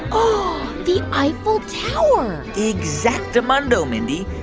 oh, the eiffel tower exactamundo, mindy.